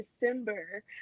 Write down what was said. December